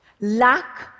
Lack